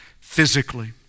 physically